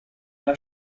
alla